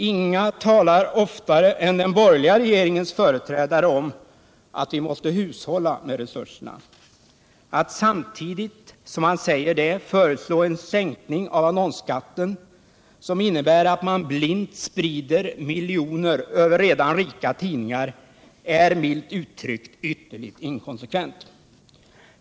Inga talar oftare än den borgerliga regeringens företrädare om att vi måste hushålla med resurserna. Att samtidigt som man säger det föreslå en sänkning av annonsskatten som innebär att man blint sprider miljoner över redan rika tidningar är milt uttryckt ytterligt inkonsekvent.